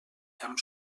camp